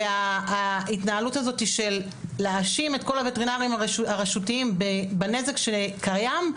וההתנהלות הזאת של להאשים את כל הווטרינרים הרשותיים בנזק שקיים,